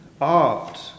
Art